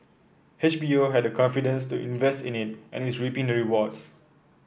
H B O had the confidence to invest in it and is reaping the rewards